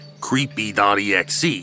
Creepy.exe